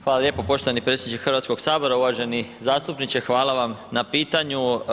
Hvala lijepo poštovani predsjedniče Hrvatskog sabora, uvaženi zastupniče, hvala vam na pitanju.